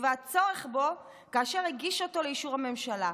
והצורך בו כאשר הגיש אותו לאישור הממשלה.